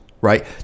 right